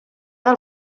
del